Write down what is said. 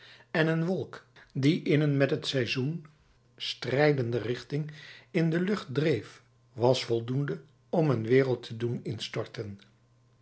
en een wolk die in een met het seizoen strijdende richting in de lucht dreef was voldoende om een wereld te doen